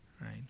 right